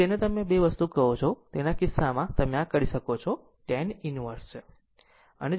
તેથી તમે જેને બે વસ્તુ કહો છો તેના કિસ્સામાં તમે તે કરી શકો છો તે tan inverse છે